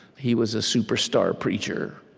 he was a superstar preacher